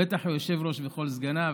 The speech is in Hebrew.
בטח ליושב-ראש ולכל סגניו,